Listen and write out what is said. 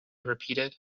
repeated